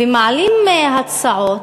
ומעלים הצעות,